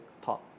talk